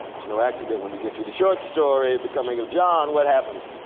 it's no accident when we get to the short story the coming of john what happens?